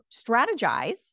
strategize